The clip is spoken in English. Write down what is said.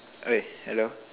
okay hello